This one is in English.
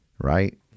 Right